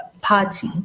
party